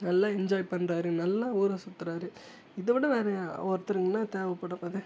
நல்லா என்ஜாய் பண்ணுறாரு நல்லா ஊரை சுற்றுறாரு இதை விட வேறு ஒருத்தருக்கு என்ன தேவைப்பட போகுது